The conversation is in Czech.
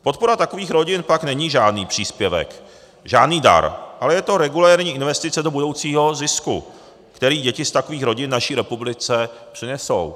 Podpora takových rodin pak není žádný příspěvek, žádný dar, ale je to regulérní investice do budoucího zisku, který děti z takových rodin naší republice přinesou.